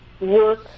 work